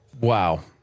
wow